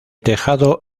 tejado